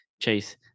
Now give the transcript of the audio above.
Chase